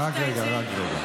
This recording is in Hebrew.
הינה הוא.